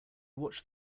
watched